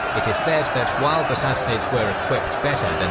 it is said that while the sassanids were equipped better